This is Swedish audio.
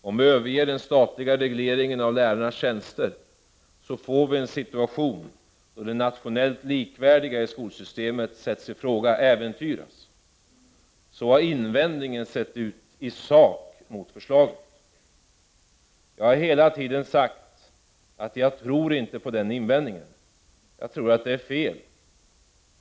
Om vi överger den statliga regleringen av lärarnas tjänster, får vi en situation där det nationellt likvärdiga i skolsystemet sätts i fråga, äventyras. Så har invändningen i sak mot förslaget låtit. Jag har hela tiden sagt att jag inte tror på den invändningen. Jag tror att det är fel att säga så.